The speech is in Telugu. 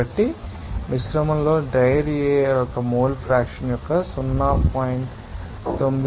కాబట్టి ఈ మిశ్రమంలో డ్రై ఎయిర్ యొక్క మోల్ ఫ్రాక్షన్ యొక్క 0